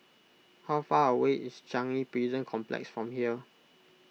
how far away is Changi Prison Complex from here